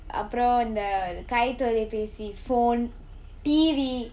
அப்புறம் இந்த கைத்தொலைபேசி:appuram intha kaittolaipesi phone T_V